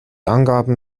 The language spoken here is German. angabe